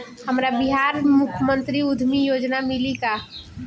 हमरा बिहार मुख्यमंत्री उद्यमी योजना मिली का?